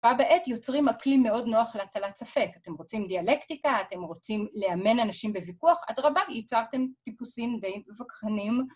ובה בעת יוצרים אקלים מאוד נוח להטלת ספק. הם רוצים דיאלקטיקה, הם רוצים לאמן אנשים בוויכוח, אדרבה ייצרתם טיפוסים די ווכחנים.